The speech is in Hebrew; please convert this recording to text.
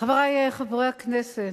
חברי חברי הכנסת,